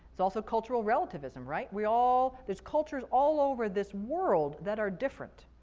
it's also cultural relativism, right? we all, there's cultures all over this world that are different.